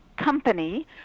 company